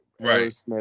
Right